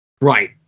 right